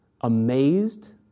amazed